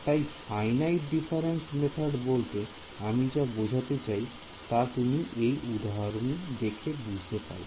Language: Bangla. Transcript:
তাই ফাইনাইট ডিফারেন্স মেথড বলতে আমি যা বোঝাতে চাই তা তুমি এই উদাহরণ দেখে বুঝতে পারবে